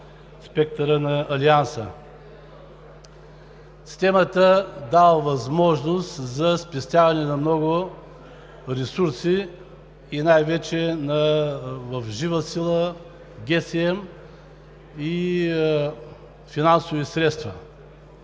спектъра на Алианса. Системата дава възможност за спестяване на много ресурси и най-вече в жива сила, ГСМ и финансови средства.